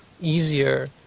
easier